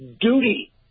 duty